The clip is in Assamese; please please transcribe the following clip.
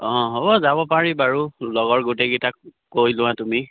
অঁ হ'ব যাব পাৰি বাৰু লগৰ গোটেইকেইটাক কৈ লোৱা তুমি